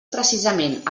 precisament